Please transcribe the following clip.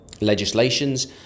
legislations